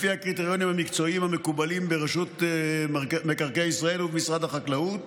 לפי הקריטריונים המקצועיים המקובלים ברשות מקרקעי ישראל ובמשרד החקלאות,